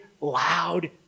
loud